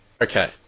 okay